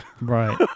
Right